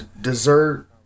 dessert